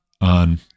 on